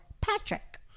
Patrick